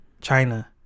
China